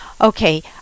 Okay